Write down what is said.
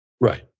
Right